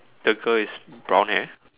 the girl is brown hair